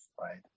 right